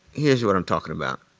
here's what i'm talking about.